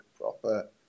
proper